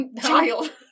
child